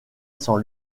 sans